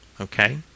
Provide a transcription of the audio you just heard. Okay